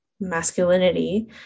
masculinity